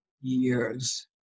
years